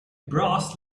brass